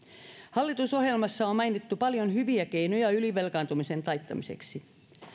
hallitusohjelmassa on mainittu paljon hyviä keinoja ylivelkaantumisen taittamiseksi